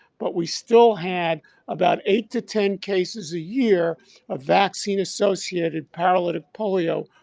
but we still had about eight to ten cases a year of vaccine associated paralytic polio,